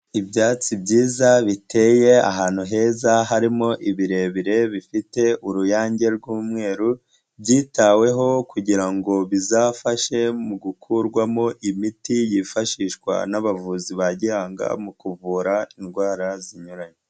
Ibyatsi byiza biteye ahantu heza harimo ibirebire bifite uruyange rw'umweru, byitaweho kugira bizafashe mu gukurwamo imiti yifashishwa n'abavuzi ba gihanga, mu kuvura indwara zinyuranye.